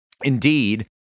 Indeed